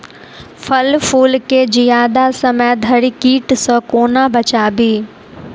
फल फुल केँ जियादा समय धरि कीट सऽ कोना बचाबी?